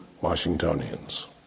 Washingtonians